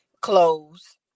clothes